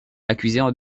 accusé